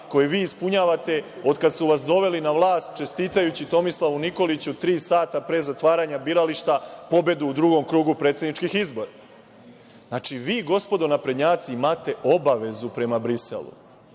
koje vi ispunjavate od kada su vas doveli na vlast čestitajući Tomislavu Nikoliću tri sata pre zatvaranja birališta pobedu u drugom krugu predsedničkih izbora. Vi, gospodo naprednjaci, imate obavezu prema Briselu.